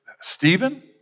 Stephen